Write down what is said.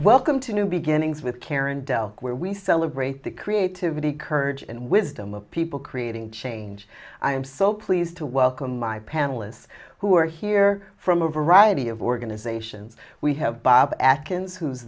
welcome to new beginnings with karen delk where we celebrate the creativity courage and wisdom of people creating change i am so pleased to welcome my panelists who are here from a variety of organizations we have bob atkinson who's